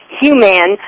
human